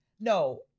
No